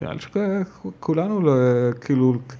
‫נראה לי שזה כולנו, לא כאילו...